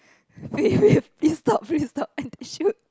wait wait please stop please stop and I should